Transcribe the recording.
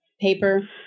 Paper